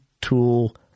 tool –